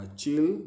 chill